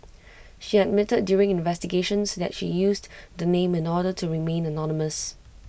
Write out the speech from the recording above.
she admitted during investigations that she used the name in order to remain anonymous